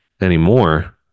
anymore